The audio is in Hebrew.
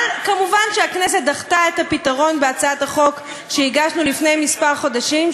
אבל מובן שהכנסת דחתה את הפתרון בהצעת החוק שהגשנו לפני כמה חודשים,